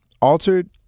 altered